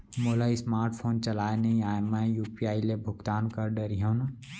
मोला smart phone चलाए नई आए मैं यू.पी.आई ले भुगतान कर डरिहंव न?